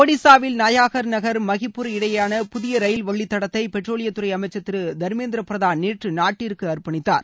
ஒடிசாவில் நயாகர் நகர் மகிப்பூர் இடையேயான புதிய ரயில் வழித்தடத்தை பெட்ரோலியத் துறை அமைச்சர் திரு தர்மேந்திர பிரதான் நேற்று நாட்டிற்கு அர்பனித்தார்